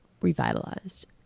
revitalized